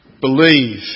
believe